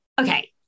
Okay